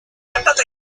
purpose